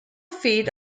feed